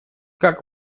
как